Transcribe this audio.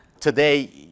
Today